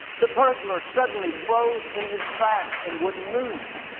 the burglar suddenly froze in his tracks and wouldn't move.